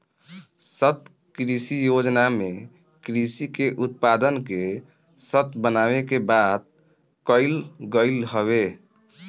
सतत कृषि योजना में कृषि के उत्पादन के सतत बनावे के बात कईल गईल हवे